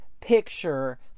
picture